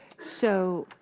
so,